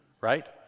Right